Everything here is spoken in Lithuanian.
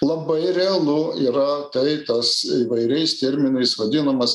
labai realu yra tai tas įvairiais terminais vadinamas